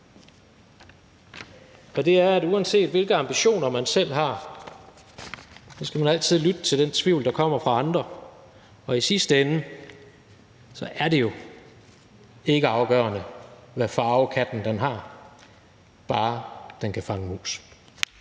og det er, at man, uanset hvilke ambitioner man selv har, altid skal lytte til den tvivl, der kommer fra andre, og i sidste ende er det jo ikke afgørende, hvad farve katten har, bare den kan fange mus.